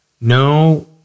no